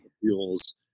fuels